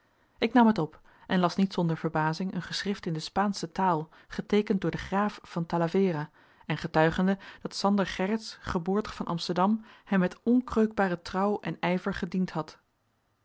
ik nam het op en las niet zonder verbazing een geschrift in de spaansche taal geteekend door den graaf van talavera en getuigende dat sander gerritz geboortig van amsterdam hem met onkreukbare trouw en ijver gediend had